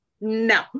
No